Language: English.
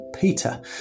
Peter